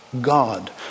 God